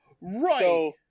Right